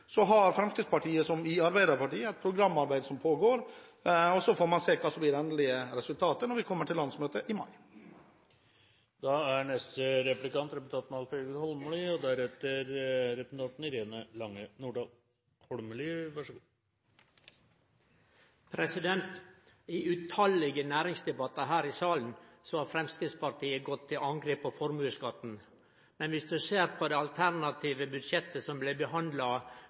har, som Arbeiderpartiet, et programarbeid som pågår. Så får man se hva som blir det endelige resultatet når vi kommer til landsmøtet i mai. I tallause næringsdebattar her i salen har Framstegspartiet gått til angrep på formuesskatten. Men om ein ser på deira alternative budsjett, og det budsjettet som blei behandla i går, er det marginale endringar Framstegspartiet gjer i formuesskatten, sjølv når dei sit i opposisjon. Då er mitt spørsmål: Er det mangel på handlekraft i Framstegspartiet som